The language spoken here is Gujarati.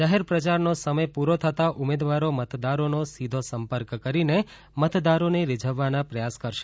જાહેર પ્રચારનો સમય પૂરો થતાં ઉમેદવારો મતદારોનો સીધો સંપર્ક કરીને મતદારોને રીઝવવાના પ્રયાસ કરશે